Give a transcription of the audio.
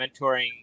mentoring